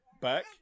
back